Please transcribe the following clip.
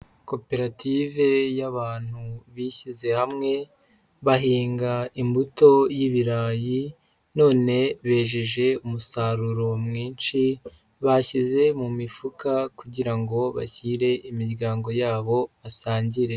Koperative y'abantu bishyize hamwe bahinga imbuto y'ibirayi, none bejeje umusaruro mwinshi bashyize mu mifuka kugira ngo bashyire imiryango yabo basangire.